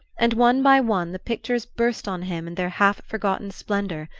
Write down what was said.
and one by one the pictures burst on him in their half-forgotten splendour,